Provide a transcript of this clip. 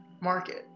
market